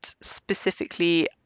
specifically